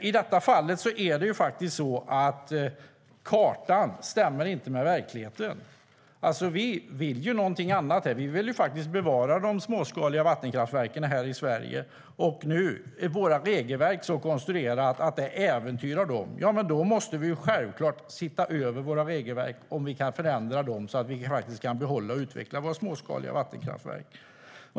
I detta fall stämmer inte kartan med verkligheten. Vi vill någonting annat och vill faktiskt bevara de småskaliga vattenkraftverken här i Sverige. Nu är våra regelverk så konstruerade att det äventyrar dem. Ja, men då måste vi självklart se över om vi kan förändra våra regelverk så att vi kan behålla och utveckla våra småskaliga vattenkraftverk.